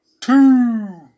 two